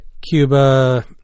Cuba